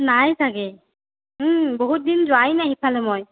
নাই চাগে বহুত দিন যোৱাই নাই সিফালে মই